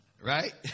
Right